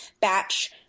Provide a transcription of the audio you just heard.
batch